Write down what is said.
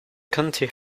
county